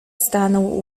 stanął